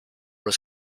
was